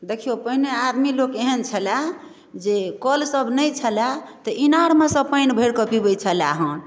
देखिऔ पहिने आदमी लोक एहन छलऽ जे कल सब नहि छलाैया तऽ ईनारमेसँ पानि भरि कऽ पिबैत छलऽ हन